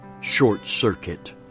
short-circuit